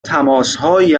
تماسهایی